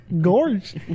gorge